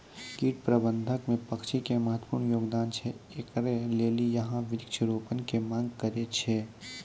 कीट प्रबंधन मे पक्षी के महत्वपूर्ण योगदान छैय, इकरे लेली यहाँ वृक्ष रोपण के मांग करेय छैय?